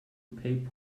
pay